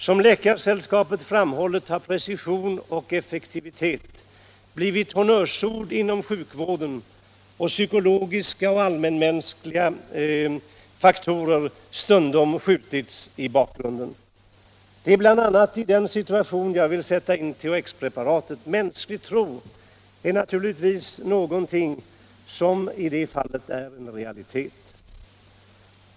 Som Läkaresällskapet framhållit, har precision och effektivitet blivit honnörsord inom sjukvården och psykologiska och allmänmänskliga faktorer stundom skjutits i bakgrunden. Det är bl.a. i den situationen jag vill sätta in THX-preparatet. Mänsklig tro är naturligtvis i det fallet en realitet.